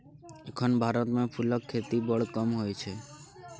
एखन भारत मे फुलक खेती बड़ कम होइ छै